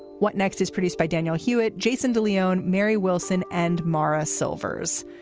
what next is produced by daniel hewitt. jason de leon, mary wilson and maura silvers.